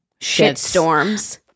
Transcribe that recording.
shitstorms